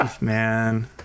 Man